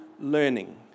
learning